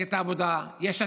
מפלגת העבודה, יש עתיד: